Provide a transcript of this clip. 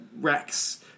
Rex